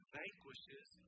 vanquishes